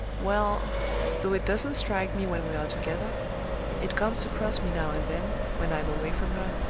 well though it doesn't strike me when we are together it comes across me now and then, when i'm away from her,